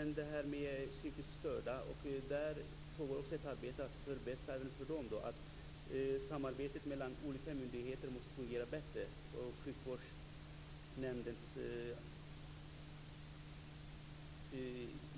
andra kvar. Och detta gällde då en anstalt med sexualförbrytare, där det är ännu mer befogat med sådana tjänster.